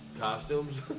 Costumes